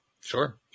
sure